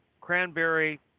cranberry